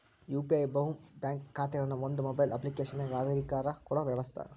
UPI ಬಹು bank ಖಾತೆಗಳನ್ನ ಒಂದ ಮೊಬೈಲ್ ಅಪ್ಲಿಕೇಶನಗ ಅಧಿಕಾರ ಕೊಡೊ ವ್ಯವಸ್ತ